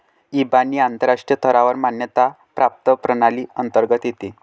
इबानी आंतरराष्ट्रीय स्तरावर मान्यता प्राप्त प्रणाली अंतर्गत येते